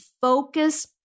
Focus